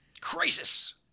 Crisis